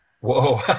Whoa